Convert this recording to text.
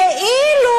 כאילו